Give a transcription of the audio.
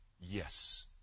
Yes